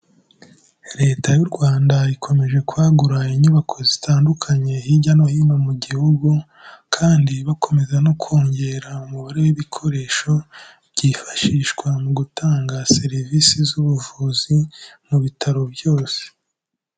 Leta y'u Rwanda, ikomeje kwagura inyubako zitandukanye hirya no hino mu gihugu, kandi bakomeza no kongera umubare w'ibikoresho, byifashishwa mu gutanga serivisi z'ubuvuzi, mu bitaro byose.